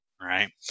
Right